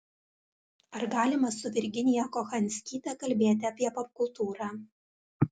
ar galima su virginija kochanskyte kalbėti apie popkultūrą